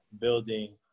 building